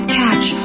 catch